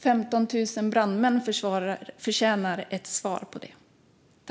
15 000 brandmän förtjänar ett svar på det.